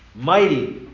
Mighty